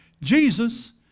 Jesus